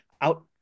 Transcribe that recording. out